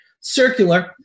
circular